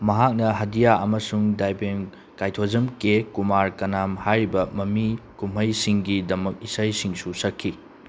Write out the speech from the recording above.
ꯃꯍꯥꯛꯅ ꯍꯗꯤꯌꯥ ꯑꯃꯁꯨꯡ ꯗꯥꯏꯄꯦꯝ ꯀꯥꯏꯊꯣꯖꯥꯝ ꯀꯦ ꯀꯨꯃꯥꯔ ꯀꯅꯥꯝ ꯍꯥꯏꯔꯤꯕ ꯃꯃꯤ ꯀꯨꯝꯍꯩꯁꯤꯡꯒꯤꯗꯃꯛ ꯏꯁꯩꯁꯤꯡꯁꯨ ꯁꯛꯈꯤ